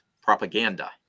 Propaganda